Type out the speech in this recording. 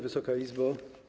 Wysoka Izbo!